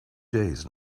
days